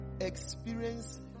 experience